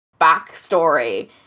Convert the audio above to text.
backstory